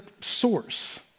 source